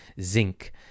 zinc